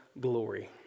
glory